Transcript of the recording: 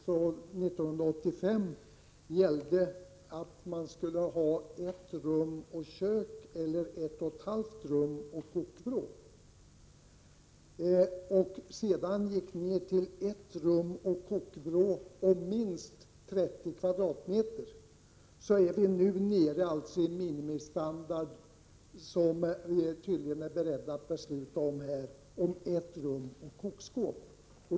Från 1985 gällde att man skall ha ett rum och kök eller ett och ett halvt rum och kokvrå. Sedan gick kraven ner till ett rum och kokvrå om minst 30 m?. Nu är vi nere i en minimistandard, som vi tydligen är beredda att besluta om här, om ett rum och kokskåp.